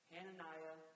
Hananiah